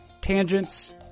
tangents